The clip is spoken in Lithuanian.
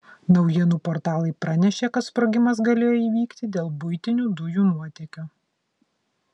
naujienų portalai pranešė kad sprogimas galėjo įvykti dėl buitinių dujų nuotėkio